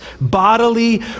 bodily